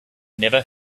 never